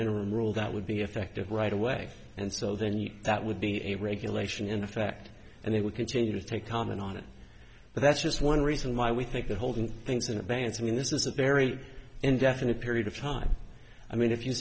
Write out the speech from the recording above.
interim rule that would be effective right away and so then that would be a regulation in effect and they would continue to comment on it but that's just one reason why we think they're holding things in advance i mean this is a very indefinite period of time i mean if you